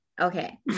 okay